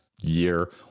year